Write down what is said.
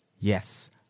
Yes